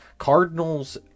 Cardinals